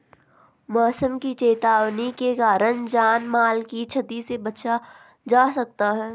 मौसम की चेतावनी के कारण जान माल की छती से बचा जा सकता है